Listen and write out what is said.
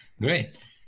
Great